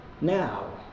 now